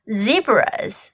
zebras